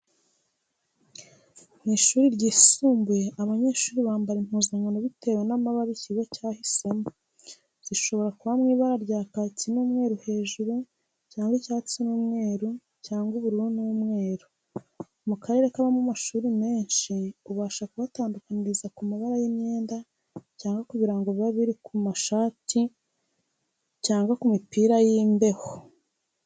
Mu ishuri ryisumbuye abanyeshuri bambara impuzankano bitewe n'amabara ikigo cyahisemo, zishobora kuba mu ibara rya kaki n'umweru hejuru cyangwa icyatsi n'umweru cyangwa ubururu n'umweru. Mu karere kabamo amashuri menshi ubasha kubatandukaniriza ku mabara y'imyenda cyangwa ku birango biba biri ku mashati cyangwa ku mipira y'imbeho.